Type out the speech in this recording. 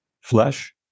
flesh